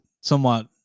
somewhat